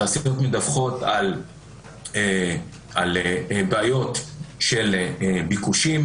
התעשיות מדווחות על בעיות של ביקושים,